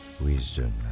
Wisdom